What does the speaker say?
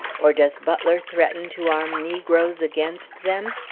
or does butler threaten to arm negroes against them?